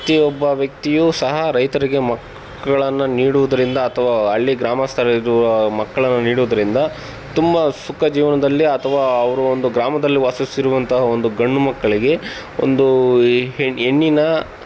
ಪ್ರತಿಯೊಬ್ಬ ವ್ಯಕ್ತಿಯು ಸಹ ರೈತರಿಗೆ ಮಕ್ಕಳನ್ನು ನೀಡುವುದರಿಂದ ಅಥವಾ ಹಳ್ಳಿ ಗ್ರಾಮಸ್ತರಿರುವ ಮಕ್ಕಳನ್ನು ನೀಡುವುದರಿಂದ ತುಂಬ ಸುಖ ಜೀವನದಲ್ಲಿ ಅಥವಾ ಅವರು ಒಂದು ಗ್ರಾಮದಲ್ಲಿ ವಾಸಿಸ್ತಿರುವಂತಹ ಒಂದು ಗಂಡು ಮಕ್ಕಳಿಗೆ ಒಂದು ಈ ಹೆಣ್ಣಿನಾ